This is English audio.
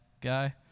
guy